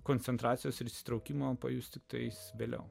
koncentracijos ir įsitraukimo pajusti tais vėliau